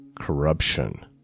corruption